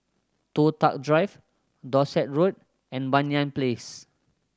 Toh Tuck Drive Dorset Road and Banyan Place